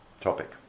topic